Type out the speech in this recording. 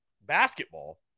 basketball